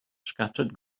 scattered